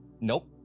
Nope